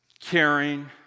caring